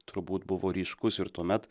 turbūt buvo ryškus ir tuomet